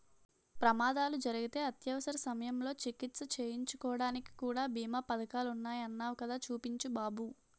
ప్రమాదాలు జరిగితే అత్యవసర సమయంలో చికిత్స చేయించుకోడానికి కూడా బీమా పదకాలున్నాయ్ అన్నావ్ కదా చూపించు బాబు